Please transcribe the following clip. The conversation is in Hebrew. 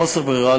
מחוסר ברירה,